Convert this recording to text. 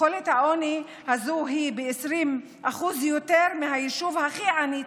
תחולת העוני הזאת היא 20% יותר מביישוב הכי עני,